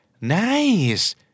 Nice